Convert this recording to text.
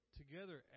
together